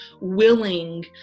willing